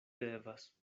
devas